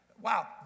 wow